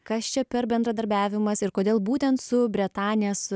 kas čia per bendradarbiavimas ir kodėl būtent su bretanės